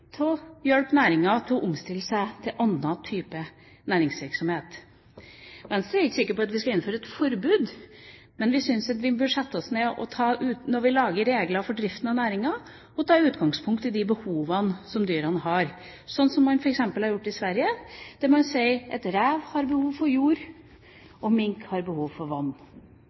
hjelpe næringa til å omstille seg til annen type næringsvirksomhet. Venstre er ikke sikker på at vi skal innføre et forbud, men vi syns at vi bør sette oss ned, når vi lager regler for driften av næringa, og ta utgangspunkt i de behovene som dyrene har, slik man f.eks. har gjort i Sverige, der man sier at rev har behov for jord, og mink har behov for vann.